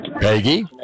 Peggy